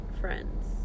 friends